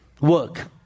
work